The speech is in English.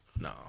No